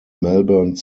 melbourne